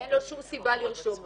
אין לו שום סיבה לרשום אותם.